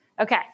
Okay